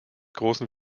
großen